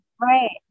Right